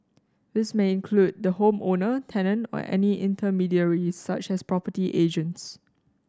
this may include the home owner tenant or any intermediaries such as property agents